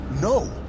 No